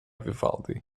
vivaldi